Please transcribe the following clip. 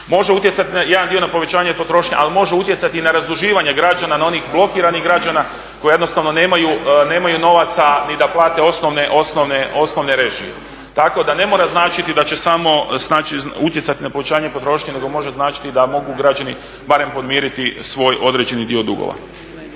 može utjecati i na razduživanje građana, onih blokiranih građana koji jednostavno nemaju novaca ni da plate osnovne režije. Tako da ne mora značiti da će samo utjecati na povećanje potrošnje nego može značiti da mogu građani barem podmiriti svoj određeni dio dugova.